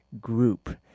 group